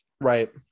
right